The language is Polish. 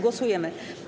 Głosujemy.